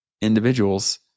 individuals